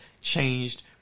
changed